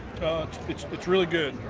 it's it's really good,